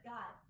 God